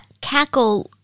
cackle